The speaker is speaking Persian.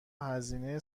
هزینه